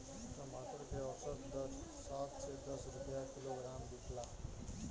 टमाटर के औसत दर सात से दस रुपया किलोग्राम बिकला?